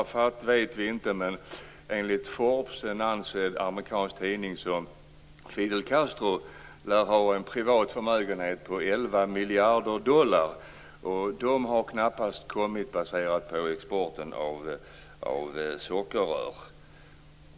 Vi vet inte hur det är med Arafat, men enligt den ansedda amerikanska tidningen Forbes lär Fidel Castro ha en privat förmögenhet på 11 miljarder dollar. De pengarna kan knappast ha kommit från exporten av sockerrör.